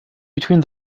between